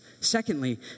Secondly